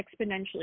exponentially